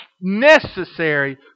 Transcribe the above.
necessary